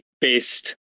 based